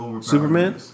Superman